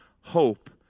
hope